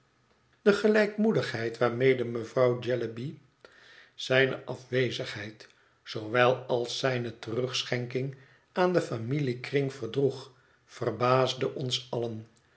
de gelijkmoedigheid waarmede mevrouw jellyby zijne afwezigheid zoowel als zijne terugschenking aan den familiekring verdroeg verbaasde ons allen